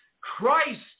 Christ